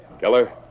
Keller